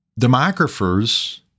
demographers